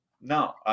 No